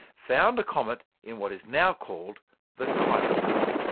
found a comet in what is now called the kuiper belt.